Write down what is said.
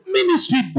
ministry